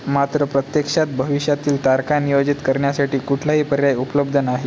मात्र प्रत्यक्षात भविष्यातील तारखा नियोजित करण्यासाठी कुठलाही पर्याय उपलब्ध नाही